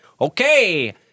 okay